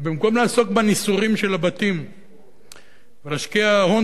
ובמקום לעסוק בניסורים של הבתים ולהשקיע הון